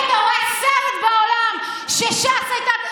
חבר הכנסת אלעזר שטרן,